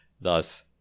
Thus